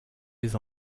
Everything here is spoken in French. les